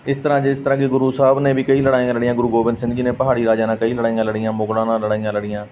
ਇਸ ਤਰ੍ਹਾਂ ਜਿਸ ਤਰ੍ਹਾਂ ਕਿ ਗੁਰੂ ਸਾਹਿਬ ਨੇ ਵੀ ਕਈ ਲੜਾਈਆਂ ਲੜੀਆਂ ਗੁਰੂ ਗੋਬਿੰਦ ਸਿੰਘ ਜੀ ਨੇ ਪਹਾੜੀ ਰਾਜਿਆਂ ਨਾਲ ਕਈ ਲੜਾਈਆਂ ਲੜੀਆਂ ਮੁਗਲਾਂ ਨਾਲ ਲੜਾਈਆਂ ਲੜੀਆਂ